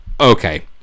Okay